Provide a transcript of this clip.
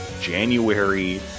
January